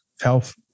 health